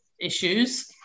issues